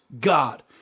God